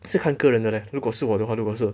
是看个人的嘞如果是我的话如果是